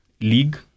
league